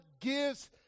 gives